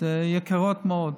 הן יקרות מאוד.